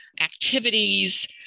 activities